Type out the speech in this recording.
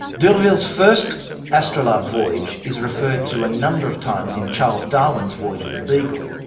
d'urville's first astrolabe voyage is referred to a number of times in charles darwin's voyage of the beagle.